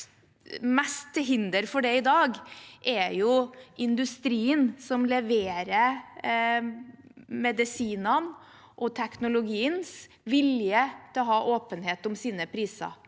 er mest til hinder for det i dag, er industrien som leverer medisinene og teknologiens vilje til å ha åpenhet om sine priser.